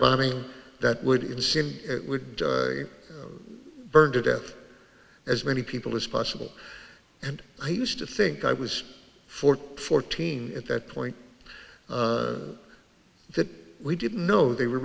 bombing that would in seem it would burn to death as many people as possible and i used to think i was fourteen fourteen at that point that we didn't know they were